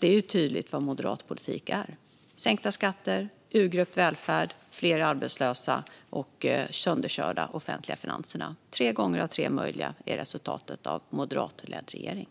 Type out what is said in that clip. Det är tydligt vad moderat politik är, det vill säga sänkta skatter, urgröpt välfärd, fler arbetslösa och sönderkörda offentliga finanser. Tre gånger av tre möjliga är resultatet av en moderatledd regering.